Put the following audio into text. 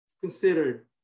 considered